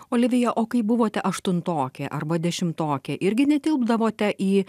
olivija o kai buvote aštuntokė arba dešimtokė irgi netilpdavote į